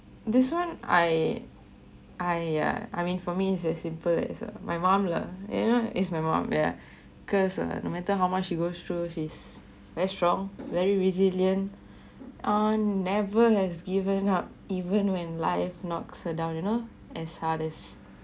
this one I I ya I mean for me it's as simple as my mom lah and you know it's my mom yeah because no matter how much she goes through she's very strong very resilient and never has given up even when life knocked her down you know as hard as